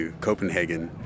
Copenhagen